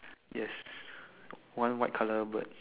yes one white colour bird